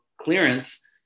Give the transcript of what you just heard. clearance